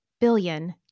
billion